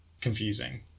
Confusing